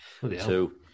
Two